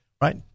right